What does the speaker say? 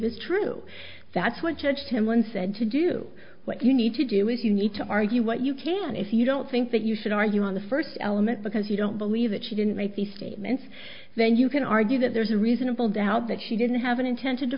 is true that's what judge him once said to do what you need to do is you need to argue what you can if you don't think that you should argue on the first element because you don't believe that she didn't make the statements then you can argue that there's a reasonable doubt that she didn't have an inten